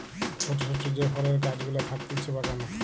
ছোট ছোট যে ফলের গাছ গুলা থাকতিছে বাগানে